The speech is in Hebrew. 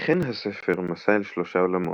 וכן הספר "מסע אל שלושה עולמות",